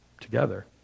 together